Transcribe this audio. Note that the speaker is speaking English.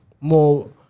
More